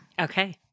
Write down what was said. Okay